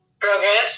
progress